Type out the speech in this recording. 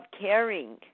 caring